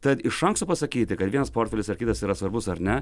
tad iš anksto pasakyti kad vienas portfelis ar kitas yra svarbus ar ne